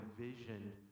envisioned